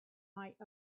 might